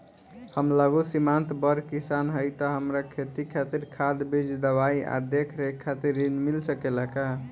हम लघु सिमांत बड़ किसान हईं त हमरा खेती खातिर खाद बीज दवाई आ देखरेख खातिर ऋण मिल सकेला का?